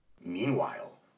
Meanwhile